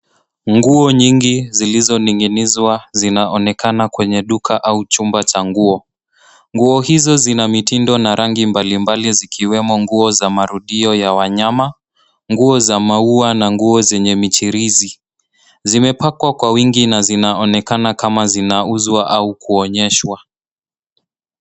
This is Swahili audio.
Nguo nyingi zilizoning'inizwa zinaonekana kwenye duka au chumba cha nguo. Nguo hizo zina mitindo na rangi mbalimbali zikiwemo nguo za marudio ya wanyama, nguo za maua na nguo zenye michirizi. Zimepakwa kwa wingi na zinaonekana kama zinauzwa au kuonyeshwa.